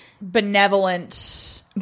benevolent